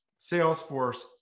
Salesforce